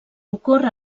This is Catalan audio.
ocorre